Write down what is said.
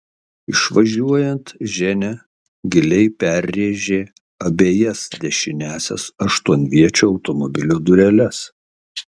išvažiuojant ženia giliai perrėžė abejas dešiniąsias aštuonviečio automobilio dureles